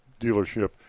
dealership